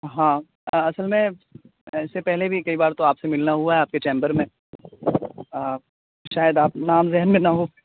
ہاں اصل میں اس سے پہلے بھی کئی بار تو آپ سے ملنا ہوا ہے آپ کے چیمبر میں شاید آپ نام ذہن میں نہ ہو